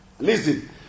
Listen